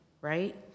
right